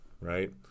right